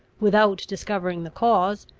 without discovering the cause,